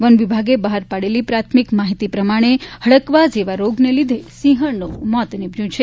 one વિભાગે બહાર પાડેલી પ્રાથમિક માહિતી પ્રમાણે હડકવા જેવા રોગને લીધે સિંહજ્ઞનું મોત થ્યં છે